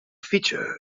feature